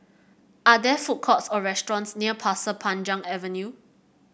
are there food courts or restaurants near Pasir Panjang Avenue